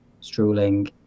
strolling